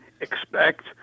expect